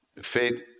Faith